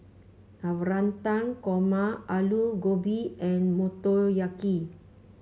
Navratan Korma Alu Gobi and Motoyaki